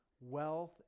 Wealth